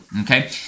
okay